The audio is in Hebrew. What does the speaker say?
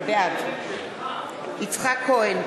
בעד יצחק כהן,